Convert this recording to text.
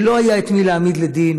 שלא היה את מי להעמיד לדין,